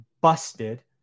busted